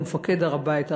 ומפקד הר-הבית,